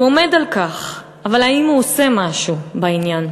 הוא עומד על כך, אבל האם הוא עושה משהו בעניין?